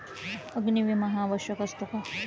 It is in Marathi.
अग्नी विमा हा आवश्यक असतो का?